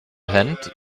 hand